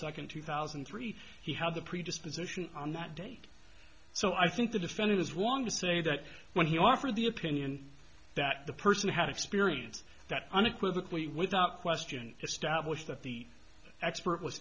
second two thousand and three he had the predisposition on that date so i think the defendant is one to say that when he offered the opinion that the person had experience that unequivocally without question establish that the expert was